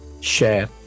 share